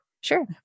sure